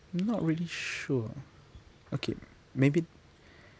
not really sure okay maybe